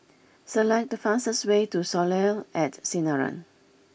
select the fastest way to Soleil at Sinaran